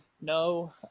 No